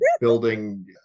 building